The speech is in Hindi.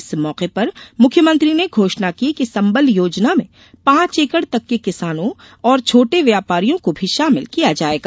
इस मौके पर मुख्यमंत्री ने घोषणा की कि संबल योजना में पांच एकड़ भूमि तक के किसानों और छोटे व्यापारियों को भी शामिल किया जायेगा